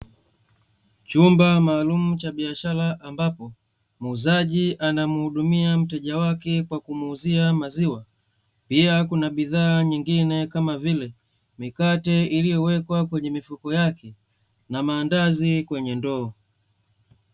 Chumba maalumu cha biashara ambapo muuzaji anamhudumia mteja wake kwa kumuuzia maziwa. Pia, kuna bidhaa nyingine kama vile mikate iliyowekwa kwenye mifuko yake, na maandazi kwenye ndoo.